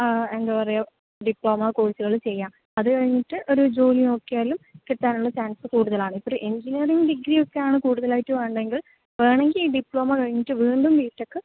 ആ എന്താ പറയ്ക ഡിപ്ലോമ കോഴ്സുകള് ചെയ്യാം അത് കഴിഞ്ഞിട്ട് ഒരു ജോലി നോക്കിയാലും കിട്ടാനുള്ള ചാൻസ് കൂടുതലാണ് ഒരു എഞ്ചിനീയറിംഗ് ഡിഗ്രിയൊക്കെയാണ് കൂടുതലായിട്ട് വേണ്ടെങ്കി വേണമെങ്കിൽ ഡിപ്ലോമ കഴിഞ്ഞിട്ട് വീണ്ടും ബിടെക്ക്